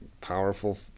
powerful